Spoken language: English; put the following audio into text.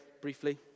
briefly